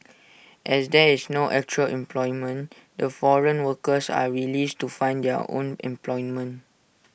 as there is no actual employment the foreign workers are released to find their own employment